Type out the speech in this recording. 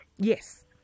Yes